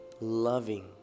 loving